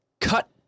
cut